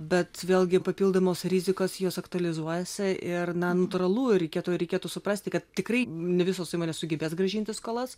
bet vėlgi papildomos rizikos jos aktualizuojasi ir na natūralu reikėtų reikėtų suprasti kad tikrai ne visos įmonės sugebės grąžinti skolas